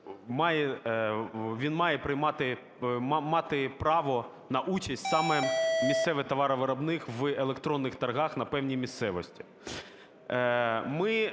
приймати, мати право на участь, саме місцевий товаровиробник, в електронних торгах на певній місцевості.